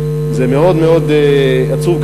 זה מאוד מאוד עצוב,